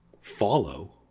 follow